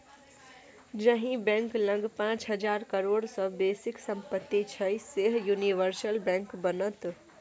जाहि बैंक लग पाच हजार करोड़ सँ बेसीक सम्पति छै सैह यूनिवर्सल बैंक बनत